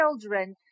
children